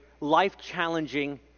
life-challenging